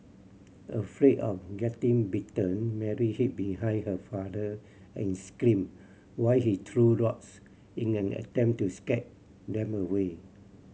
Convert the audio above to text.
afraid of getting bitten Mary hid behind her father and screamed while he threw rocks in an attempt to scare them away